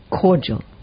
cordial